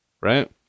Right